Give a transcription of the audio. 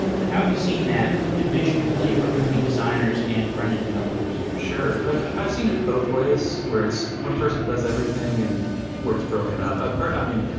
but how have you seen that division of labor between designers and front-end developers? sure. i've seen it both ways, where it's one person does everything and where it's broken up. but i mean,